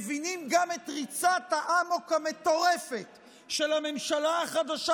מבינים גם את ריצת האמוק המטורפת של הממשלה החדשה